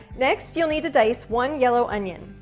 next, you'll need to dice one yellow onion.